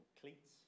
Cleats